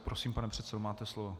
Prosím, pane předsedo, máte slovo.